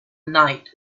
night